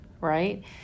right